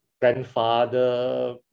grandfather